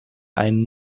ein